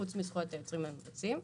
חוץ מזכויות היוצרים והמבצעים.